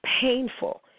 painful